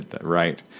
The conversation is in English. Right